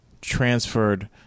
transferred